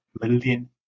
million